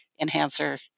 enhancer